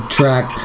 track